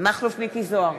מכלוף מיקי זוהר,